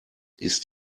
ist